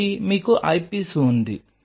కాబట్టి మీకు ఐపీస్ ఉంది